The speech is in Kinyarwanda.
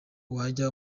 wajya